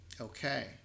Okay